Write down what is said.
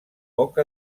poc